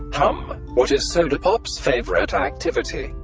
hmm. what is soda pop's favorite ah activity?